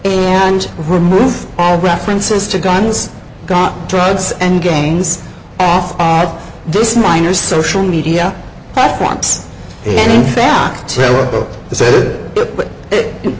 and remove all references to guns got drugs and gangs after this minor social media platforms and in fact